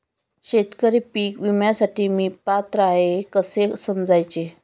शेतकरी पीक विम्यासाठी मी पात्र आहे हे कसे समजायचे?